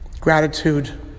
Gratitude